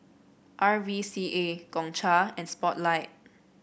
R V C A Gongcha and Spotlight